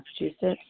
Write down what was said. massachusetts